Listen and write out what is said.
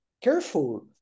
careful